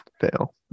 fail